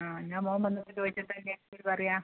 ആ ഞാൻ മോൻ വന്നിട്ട് ചോദിച്ചിട്ട് അതിൻ്റെ ആൻസർ പറയാം